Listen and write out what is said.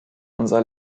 unser